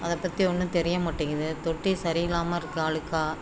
அதைப் பற்றி ஒன்றும் தெரிய மாட்டேங்கிது தொட்டி சரியில்லாமல் இருக்கு அழுக்கா